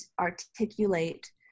articulate